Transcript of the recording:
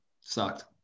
sucked